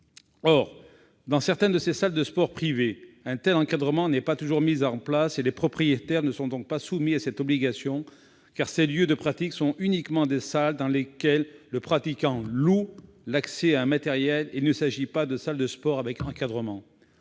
Or, dans ces salles de sport privées, un tel encadrement n'est pas toujours mis en place et les propriétaires ne sont donc pas soumis à cette obligation, car ces lieux de pratique sont uniquement des salles dans lesquelles le pratiquant loue l'accès à un matériel et il ne s'agit pas de salles de sport avec encadrement.